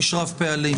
איש רב פעלים.